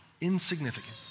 insignificant